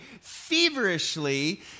feverishly